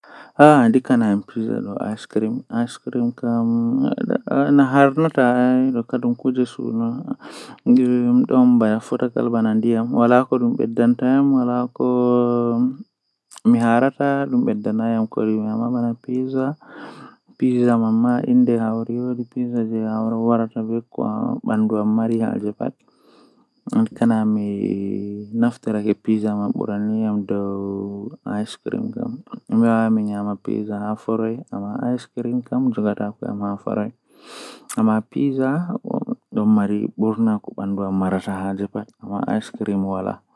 Ndikkinami babal jei mari leddeeji haakooji malla ndiyam jei takle Allah dow mi yaha mi waala haa hotel woonde ngam hotel kala ko woni totton fuu komi andi on, Amma babal woondedo wawan nafa mi masin.